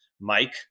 Mike